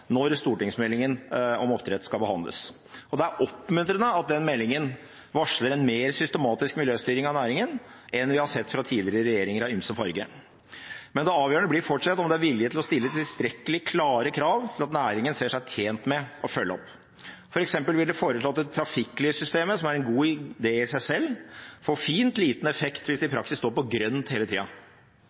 når stortingsmeldingen om oppdrett skal behandles. Det er oppmuntrende at den meldingen varsler en mer systematisk miljøstyring av næringen enn vi har sett fra tidligere regjeringer av ymse farge. Men det avgjørende blir fortsatt om det er vilje til å stille tilstrekkelig klare krav til at næringen ser seg tjent med å følge opp. For eksempel blir det foreslått et trafikklyssystem, som er en god idé i seg selv, men som får fint liten effekt hvis det i praksis står på grønt hele tida.